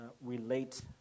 relate